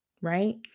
Right